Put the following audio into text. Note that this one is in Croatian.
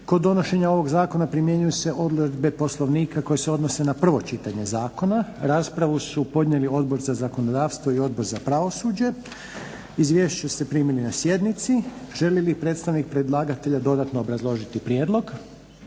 Kod donošenja ovog zakona primjenjuju se odredbe Poslovnika koje se odnose na prvo čitanje zakona, raspravu su podnijeli Odbor za zakonodavstvo i Odbor za pravosuđe. Izvješća ste primili na sjednici. Želi li predstavnik predlagatelja dodatno obrazložiti prijedlog?